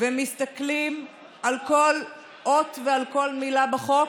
ומסתכלים על כל אות ועל כל מילה בחוק.